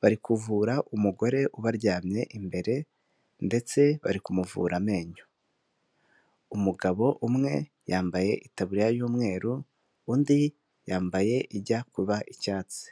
bari kuvura umugore ubaryamye imbere ndetse bari kumuvura amenyo, umugabo umwe yambaye itaburiya y'umweru undi yambaye ijya kuba icyatsi.